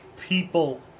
people